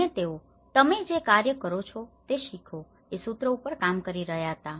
અને તેઓ "તમે જે કાર્ય કરો છો તે શીખો" એ સૂત્ર ઉપર કામ કરી રહ્યા હતા